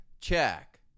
check